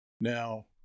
Now